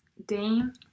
dame